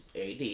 AD